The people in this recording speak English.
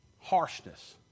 harshness